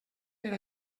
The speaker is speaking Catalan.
per